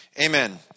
amen